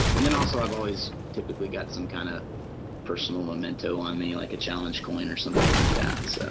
and then ah so i have always typically got some kind of personal memento on me like a challenge coin or something like that so